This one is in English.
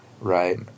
right